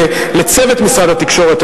לצוות משרד התקשורת,